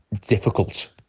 difficult